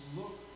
look